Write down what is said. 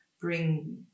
bring